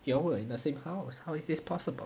you all were in the same house how is this possible